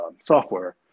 software